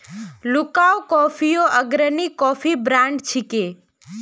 Luwak कॉफियो अग्रणी coffee brand छिके